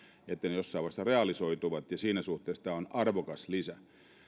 että ne jossain vaiheessa realisoituvat ja siinä suhteessa tämä on arvokas lisä